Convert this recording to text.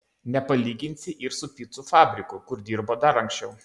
nepalyginsi ir su picų fabriku kur dirbo dar anksčiau